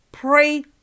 pray